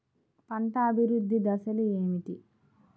పంట అభివృద్ధి దశలు ఏమిటి?